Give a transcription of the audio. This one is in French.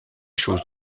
choses